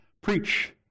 preach